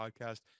podcast